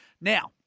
Now